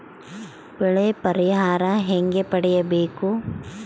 ಬೆಳೆ ಪರಿಹಾರ ಹೇಗೆ ಪಡಿಬೇಕು?